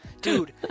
dude